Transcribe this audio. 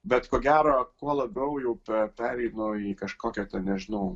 bet ko gero kuo labiau jau pe pereinu į kažkokią ten nežinau